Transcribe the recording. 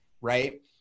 right